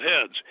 heads